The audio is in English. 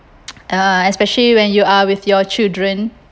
uh especially when you are with your children